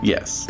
Yes